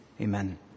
Amen